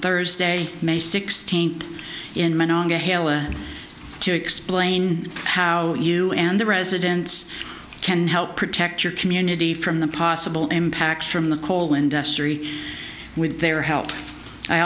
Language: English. thursday may sixteenth in manana haleigh to explain how you and the residents can help protect your community from the possible impacts from the coal industry with their help i